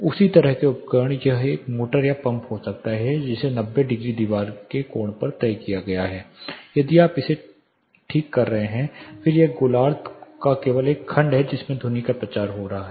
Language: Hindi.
उसी तरह के उपकरण यह एक मोटर या पंप हो सकता है जिसे 90 डिग्री दीवार के कोण पर तय किया गया है यहां आप इसे ठीक कर रहे हैं फिर यह इस गोलार्ध का केवल एक खंड है जिसमें ध्वनि का प्रचार हो रहा है